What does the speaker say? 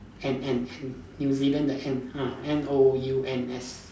N N N New-Zealand the N ah N O U N S